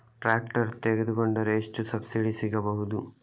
Tractor ತೊಕೊಂಡರೆ ಎಷ್ಟು subsidy ಸಿಗಬಹುದು?